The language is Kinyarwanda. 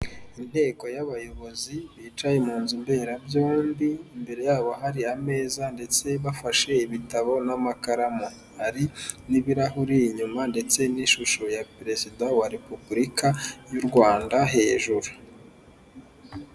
Inteko y'abayobozi bicaye mu nzu mberabyombi, imbere yabo hari ameza ndetse bafashe ibitabo n'amakaramu, hari n'ibirahuri inyuma ndetse n'ishusho ya perezida wa repubulika y'u Rwanda hejuru.